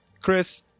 Chris